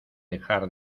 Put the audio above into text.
dejar